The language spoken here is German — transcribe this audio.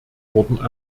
wurden